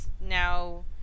now